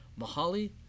Mahali